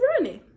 running